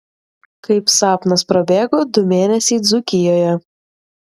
kaip sapnas prabėgo du mėnesiai dzūkijoje